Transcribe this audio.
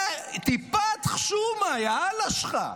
-- טיפת חשומה, יה-אללה שלך.